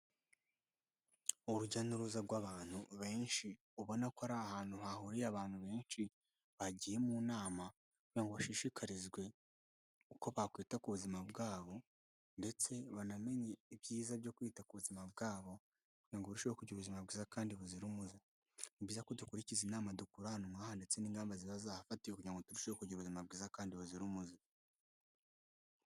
Urujya n'uruza rw'abantu benshi ubona ko ari ahantu hahuriye abantu benshi bagiye mu nama kugira ngo bashishikarizwe uko bakwita ku buzima bwabo, ndetse banamenye ibyiza byo kwita ku buzima bwabo kugira ngo barusheho kugira ubuzima bwiza kandi buzira umuze, ni byiza ko dukurikiza inama dukura ahantu n'aha ndetse n'ingamba ziba zahafatiwe kugira ngo turusheho kugira ubuzima bwiza kandi buzira umuze.